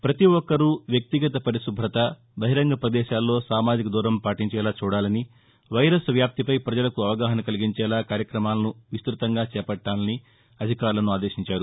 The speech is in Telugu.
ప్రతి ఒక్కరూ వ్యక్తిగత పరిశుభ్రత బహిరంగ పదేశాల్లో సామాజిక దూరం పాటించేలా చూడాలని వైరస్ వ్యాప్తిపై ప్రజలకు అవగాహన కలిగించేలా కార్యక్రమాలను విస్తతంగా చేపట్టాలని అధికారులను ఆదేశించారు